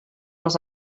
les